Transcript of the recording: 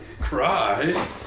Cry